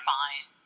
fine